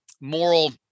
moral